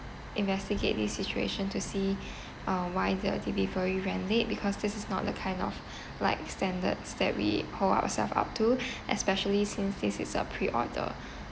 investigate this situation to see uh why the delivery ran late because this is not the kind of like standards that we hold ourselves up to especially since this is a pre order